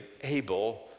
able